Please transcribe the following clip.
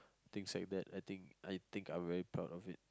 things like that I think I think I'm very proud of it